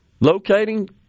locating